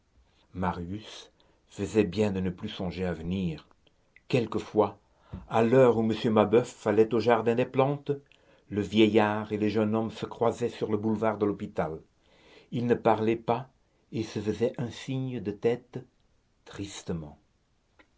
marius faisait bien de ne plus songer à venir quelquefois à l'heure où m mabeuf allait au jardin des plantes le vieillard et le jeune homme se croisaient sur le boulevard de l'hôpital ils ne parlaient pas et se faisaient un signe de tête tristement